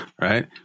Right